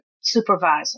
supervisor